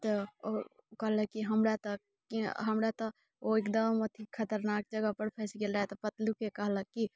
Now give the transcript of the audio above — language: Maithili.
तऽ ओ कहलक कि हमरा तऽ कि हमरा तऽ ओ एकदम अथि खतरनाक जगहपर फँसि गेल रहै तऽ पतलूके कहलक कि